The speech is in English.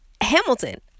Hamilton